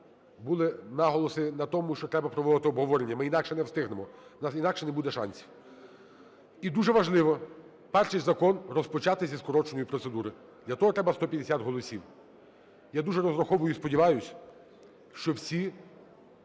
були наголоси на тому, що треба проводити обговорення, ми інакше не встигнемо, у нас інакше не буде шансів. І дуже важливо перший закон розпочати зі скороченої процедури, для того треба 150 голосів. Я дуже розраховую і сподіваюсь, що всі